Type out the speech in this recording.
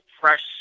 fresh